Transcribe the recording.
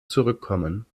zurückkommen